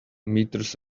meters